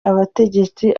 abategetsi